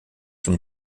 from